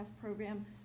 program